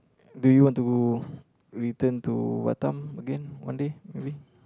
do you want to return to Batam again one day maybe